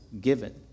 given